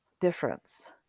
difference